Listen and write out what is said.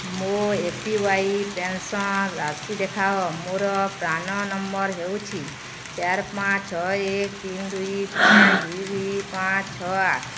ମୋ A P Y pension ରାଶି ଦେଖାଅ ମୋର ପ୍ରାନ୍ ନମ୍ବର୍ ହେଉଛି ଚାର ପାଞ୍ଚ ଛଅ ଏକ ତିନି ଦୁଇ ପାଞ୍ଚ ଦୁଇ ଦୁଇ ପାଞ୍ଚ ଛଅ ଆଠ